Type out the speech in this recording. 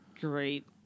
Great